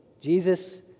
Jesus